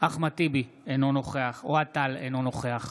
אחמד טיבי, אינו נוכח אוהד טל, אינו נוכח